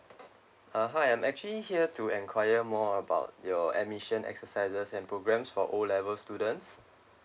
uh hi I'm actually here to inquire more about your admission exercises and programs for O level students